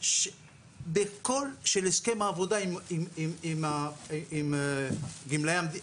של הסכם העבודה מול גמלאי המדינה,